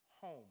home